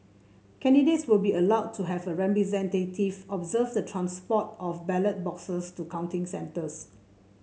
candidates will be allowed to have a representative observe the transport of ballot boxes to counting centres